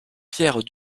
pierre